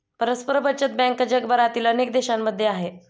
परस्पर बचत बँक जगभरातील अनेक देशांमध्ये आहे